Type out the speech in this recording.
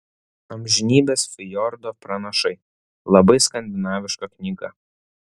amžinybės fjordo pranašai labai skandinaviška knyga